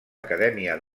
acadèmia